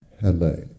Hello